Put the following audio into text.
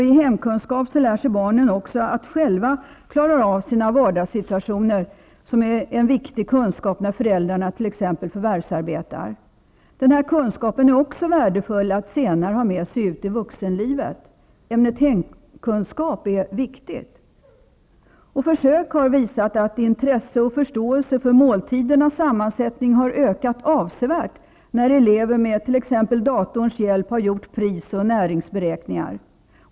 I hemkunskap lär sig barnen också att själva klara av sina vardagssituationer, vilket är en viktig kunskap när föräldrarna t.ex. förvärvsarbetar. Det är också värdefullt att senare ha med sig denna kunskap ut i vuxenlivet. Ämnet hemkunskap är viktigt. Försök har visat att intresse och förståelse för måltidernas sammansättning har ökat avsevärt, när elever med t.ex. datorns hjälp har gjort pris och näringsberäkningar.